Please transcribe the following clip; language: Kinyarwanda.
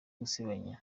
gusebanya